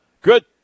Good